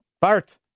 Bart